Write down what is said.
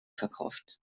verkauft